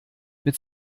mit